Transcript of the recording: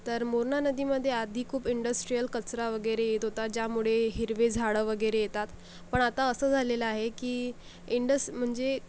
तर मोरणा नदीमध्ये आधी खूप इंडस्ट्रीयल कचरा वगैरे येत होता ज्यामुळे हिरवे झाडं वगैरे येतात पण आता असं झालेलं आहे की इंडस म्हणजे